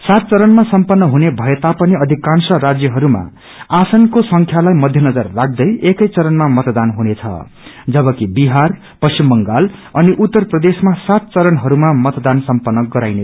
सात चरणमा सम्पन्न हुने भए तापनि अधिकाशं राज्यहरूमा आसनको संख्यालाई मध्यनजर गर्दै एकै चरणमा मतदान हुनेछ जबकि बिहार पश्चिम बंगाल अनि उत्तर प्रदेशमा सात चरणहरूमा मतदान सम्पन्न गराइने